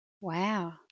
Wow